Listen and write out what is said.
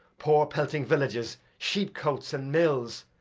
poor pelting villages, sheepcotes, and mills,